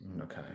Okay